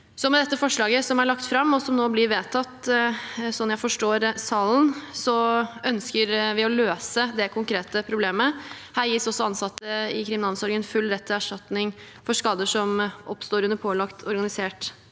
Med dette forslaget som er lagt fram, og som nå vil bli vedtatt – slik jeg forstår salen – ønsker vi å løse dette konkrete problemet. Her gis ansatte i kriminalomsorgen full rett til erstatning for skader som oppstår under pålagt organisert